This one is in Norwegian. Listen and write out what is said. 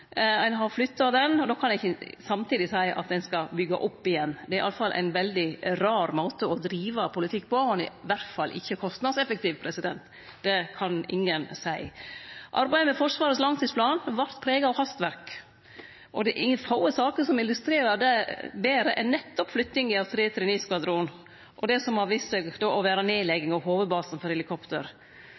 ein har flytta han. Då kan ein ikkje samtidig seie at ein skal byggje opp igjen. Det er i alle fall ein veldig rar måte å drive politikk på, og han er i alle fall ikkje kostnadseffektiv. Det kan ingen seie. Arbeidet med Forsvarets langtidsplan vart prega av hastverk, og det er få saker som illustrerer det betre enn nettopp flyttinga av 339-skvadronen, og det som då har vist seg å vere nedlegging av hovedbasen for helikopter.